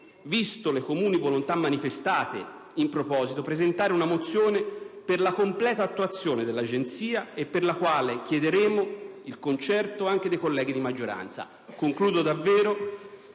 viste le comuni volontà manifestate in proposito, presentare una mozione per la completa operatività dell'Agenzia, per la quale chiederemo il concerto anche dei colleghi della maggioranza. Concludo